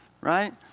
right